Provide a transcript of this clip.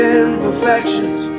imperfections